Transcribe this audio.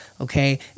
okay